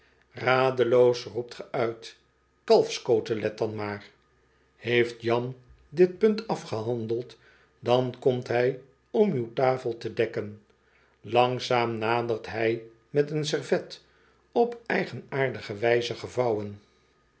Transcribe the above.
radeloos roept ge uit kalfs cotelet dan maar heeft jan dit punt afgehandeld dan komt hij om uw tafel te dekken langzaam nadert hij met een servet op eigenaardige wijze gevouwen